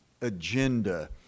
agenda